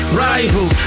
rival